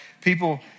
people